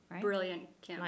brilliant